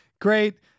great